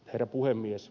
herra puhemies